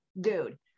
dude